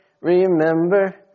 remember